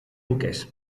buques